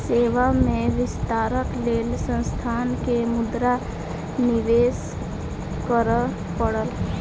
सेवा में विस्तारक लेल संस्थान के मुद्रा निवेश करअ पड़ल